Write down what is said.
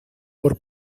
por